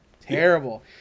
terrible